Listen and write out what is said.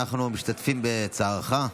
אנחנו משתתפים בצערך,